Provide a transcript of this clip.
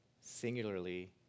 singularly